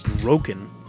broken